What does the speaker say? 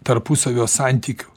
tarpusavio santykių